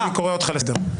גלעד, אני קורא אותך לסדר.